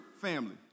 family